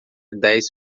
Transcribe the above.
dez